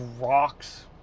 rocks